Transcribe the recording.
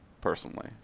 personally